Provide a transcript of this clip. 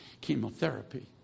chemotherapy